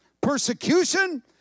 Persecution